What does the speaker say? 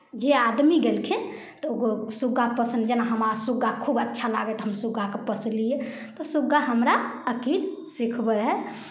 जे आदमी देलखिन तऽ ओहो सुग्गा पसन्द जेना हमरा सुग्गा खूब अच्छा लागैए तऽ हम सुग्गाकेँ पोसलियै तऽ सुग्गा हमरा अकिल सिखबै हइ